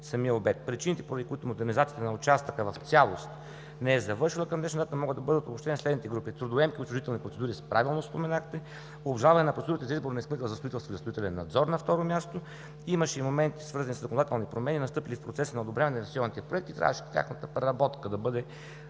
самия обект. Причините, поради които модернизацията на участъка в цялост не е завършила към днешна дата, могат да бъдат обобщени следните групи: трудоемки отчуждителни процедури, правилно споменахте, обжалване на процедурата за избор на изпълнител на строителство и строителен надзор на второ място, имаше моменти свързани със законодателни промени, настъпили в процеса на одобряване на инвестиционните проекти, трябваше тяхната преработка да бъде